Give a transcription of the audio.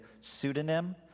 pseudonym